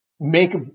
make